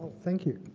thank you.